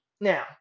Now